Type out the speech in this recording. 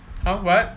!huh! what